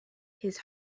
his